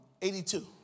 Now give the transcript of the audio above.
82